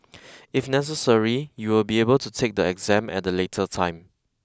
if necessary you will be able to take the exam at a later time